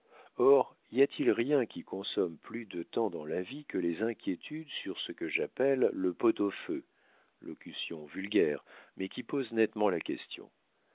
or y a-t-il rien qui consomme plus de temps dans la vie que les inquiétudes sur ce que j'appelle le pot au feu locution vulgaire mais qui pose nettement la question